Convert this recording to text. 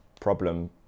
problem